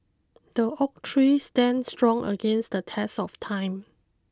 the oak tree stand strong against the test of time